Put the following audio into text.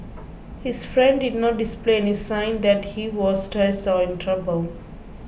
his friend did not display any sign that he was stressed or in trouble